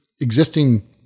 existing